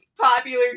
popular